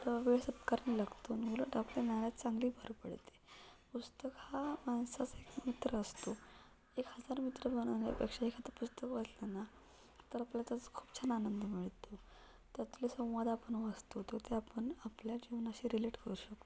तेव्हा वेळ सत्कारणी लागतो उलट आपल्या ज्ञानात चांगली भर पडते पुस्तक हा माणसाचा एक मित्र असतो एक हजार मित्र बनवण्यापेक्षा एखादं पुस्तक वाचलं ना तर आपल्याला त्याचा खूप छान आनंद मिळतो त्यातले संवाद आपण वाचतो तो त्या आपण आपल्या जीवनाशी रिलेट करू शकतो